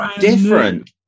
different